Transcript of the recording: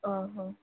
ଅଁ ହଁ